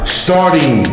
starting